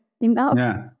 enough